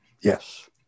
Yes